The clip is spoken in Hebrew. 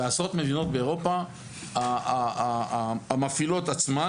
בעשרות מדינות באירופה המפעילות עצמן